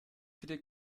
viele